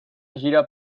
gira